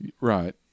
Right